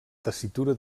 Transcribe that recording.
tessitura